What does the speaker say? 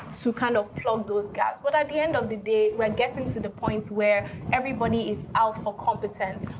to kind of plug those gaps. but at the end of the day, we're getting to the point where everybody is out for competence.